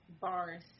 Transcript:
Bars